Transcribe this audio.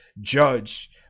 judge